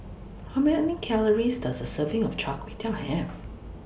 How Many Calories Does A Serving of Char Kway Teow Have